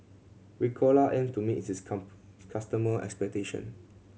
Ricola aims to meet its customer expectation